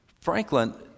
Franklin